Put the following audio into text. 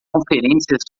conferências